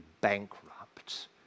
bankrupt